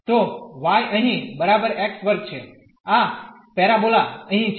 તો y અહીં બરાબર x2 છે આ પેરાબોલા અહીં છે